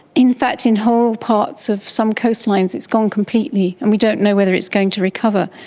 in fact in whole parts of some coastlines it's gone completely and we don't know whether it's going to recover.